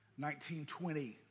1920